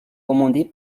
commandé